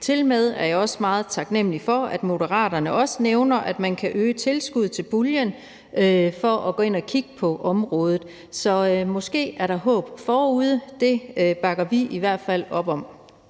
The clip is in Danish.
Tilmed er jeg meget taknemlig for, at Moderaterne også nævner, at man kan øge tilskuddet til puljen og gå ind og kigge på området. Så måske er der håb forude. Det bakker vi i hvert fald op om.